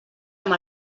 amb